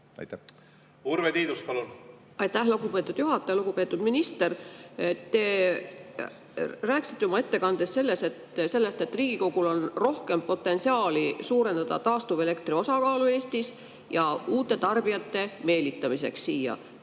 olemas. Urve Tiidus, palun! Aitäh, lugupeetud juhataja! Lugupeetud minister! Te rääkisite oma ettekandes sellest, et Riigikogul on rohkem potentsiaali suurendada taastuvelektri osakaalu Eestis, et meelitada siia